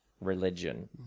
religion